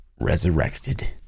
resurrected